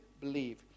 believe